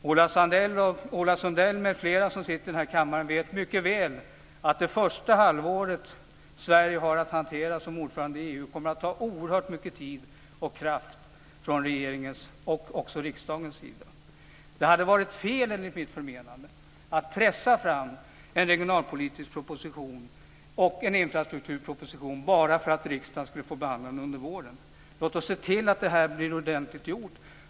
Ola Sundell m.fl. som sitter i den här kammaren vet mycket väl att det första halvåret Sverige har att hantera som ordförande i EU kommer att ta oerhört mycket tid och kraft från regeringen, och också från riksdagen. Det hade enligt mitt förmenande varit fel att pressa fram en regionalpolitisk proposition och en infrastrukturproposition bara för att riksdagen skulle få behandla dem under våren. Låt oss se till att det blir ordentligt gjort!